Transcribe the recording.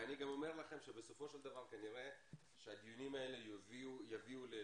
אני גם אומר לכם שבסופו של דבר כנראה שהדיונים האלה יביאו לשינוי